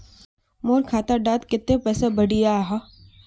मोर खाता डात कत्ते पैसा बढ़ियाहा?